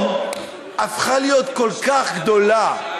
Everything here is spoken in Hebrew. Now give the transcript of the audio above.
המפלצת הזו היום הפכה להיות כל כך גדולה,